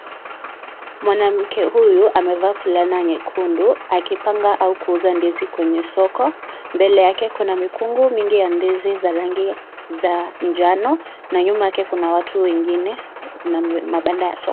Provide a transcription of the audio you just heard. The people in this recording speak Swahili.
Mwanamke huyu amevaa fulana nyekundu akipanga au kuuza ndizi kwenye soko. mbele yake kuna mikungu mingi ya ndizi za rangi za njano. nyuma yake kuna watu wengine na mabanda ya soko.